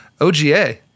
OGA